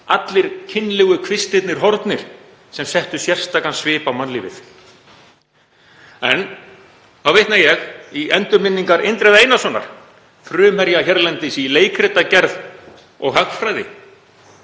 allir kynlegu kvistirnir horfnir sem settu sérstakan svip á mannlífið. En þá vitna ég í endurminningar Indriða Einarssonar, frumherja hérlendis í leikritagerð og hagfræði.